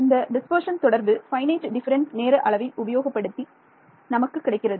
இந்த டிஸ்பர்ஷன் தொடர்பு finite difference நேர அளவை உபயோகப்படுத்தி நமக்கு கிடைக்கிறது